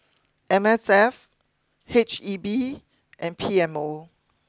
M S F H E B and P M O